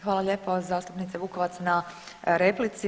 Hvala lijepo zastupnice Vukovac na replici.